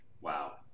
wow